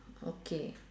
okay